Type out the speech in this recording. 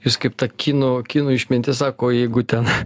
jūs kaip ta kinų kinų išmintis sako jeigu ten